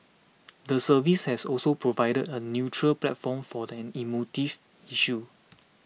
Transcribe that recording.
the service has also provided a neutral platform for an emotive issue